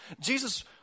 Jesus